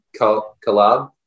collab